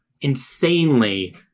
insanely